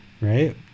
right